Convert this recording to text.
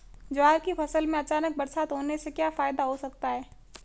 ज्वार की फसल में अचानक बरसात होने से क्या फायदा हो सकता है?